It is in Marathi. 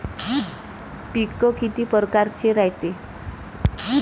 पिकं किती परकारचे रायते?